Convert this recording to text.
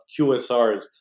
QSRs